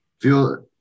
feel